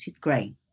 grain